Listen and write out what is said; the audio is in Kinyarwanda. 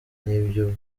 nibyo